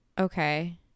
Okay